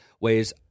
ways